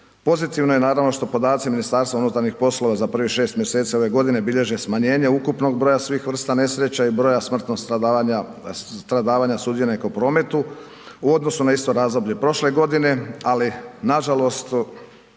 Pozitivno je naravno što podaci MUP-a za prvih šest mjeseci ove godine bilježe smanjenje ukupnog broja svih vrsta nesreća i broja smrtnog stradavanja sudionika u prometu u odnosu na isto razdoblje prošle godine, ali nažalost